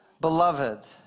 beloved